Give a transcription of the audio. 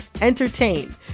entertain